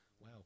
wow